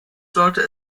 sollte